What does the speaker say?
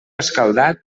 escaldat